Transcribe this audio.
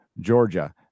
Georgia